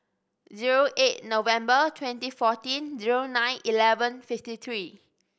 zero eight November twenty fourteen zero nine eleven fifty three